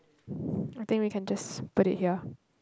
I think we can just put it here